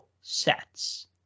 sets